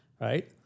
right